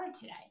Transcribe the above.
today